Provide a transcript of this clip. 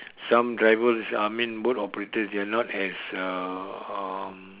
some drivers I mean boat operators they are not as uh